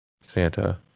Santa